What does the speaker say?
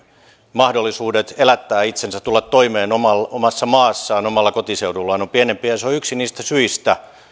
mahdollisuudet elättää itsensä tulla toimeen omassa maassaan omalla kotiseudullaan ovat pienempiä ja se on yksi niistä syistä